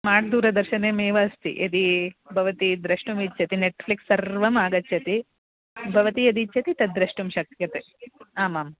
smart दूरदर्शनमेव अस्ति यदि भवती द्रष्टुमिच्छति नेट्फ्लिक्स् सर्वम् आगच्छति भवती यद् इच्छति तद् द्रष्टुं शक्यते आमाम्